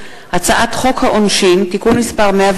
פגיעה חמורה בדמוקרטיה במטרה להנציח את שלטון נתניהו.